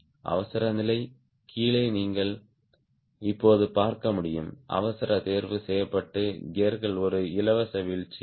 அவசரநிலை கீழே நீங்கள் இப்போது பார்க்க முடியும் அவசர தேர்வு செய்யப்பட்டு கியர்கள் ஒரு இலவச வீழ்ச்சி